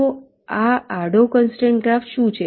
તો આ આડો કનસ્ટ્રેન્ટ ગ્રાફ શું છે